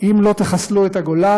אם לא תחסלו את הגולה,